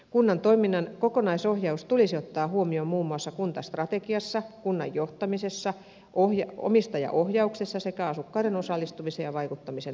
kunnan toiminnan kokonaisohjaus tulisi ottaa huomioon muun muassa kuntastrategiassa kunnan johtamisessa omistajaohjauksessa sekä asukkaiden osallistumisen ja vaikuttamisen turvaamisessa